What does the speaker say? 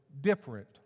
different